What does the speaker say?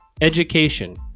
education